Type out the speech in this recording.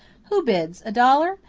who bids? a dollar?